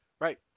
right